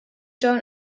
john